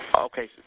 Okay